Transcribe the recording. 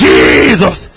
Jesus